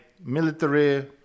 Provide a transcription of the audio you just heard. military